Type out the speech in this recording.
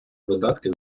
видатки